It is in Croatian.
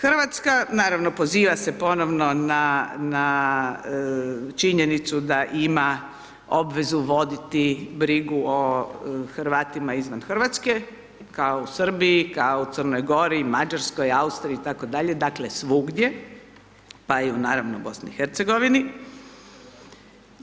Hrvatska, naravno poziva se ponovno na činjenicu da ima obvezu voditi brigu o Hrvatima izvan Hrvatske kao u Srbiji, kao u Crnoj Gori, Mađarskoj, Austriji itd., dakle svugdje pa i naravno u BiH-u.